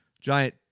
giant